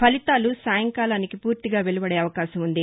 ఫలితాలు సాయంకాలానికి పూర్తిగా వెలువదే అవకాశం ఉంది